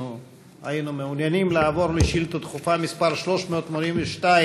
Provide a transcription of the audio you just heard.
היינו מעוניינים לעבור לשאילתה דחופה מס' 382,